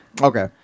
Okay